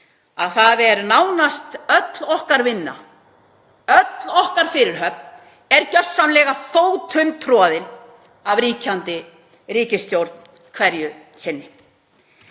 Alþingi. Nánast öll okkar vinna, öll okkar fyrirhöfn er gjörsamlega fótum troðin af ríkjandi ríkisstjórn hverju sinni.